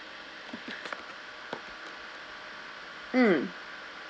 mm